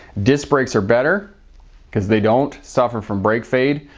disc brakes are better because they don't suffer from brake fade,